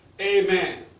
Amen